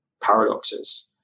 paradoxes